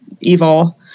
evil